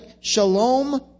shalom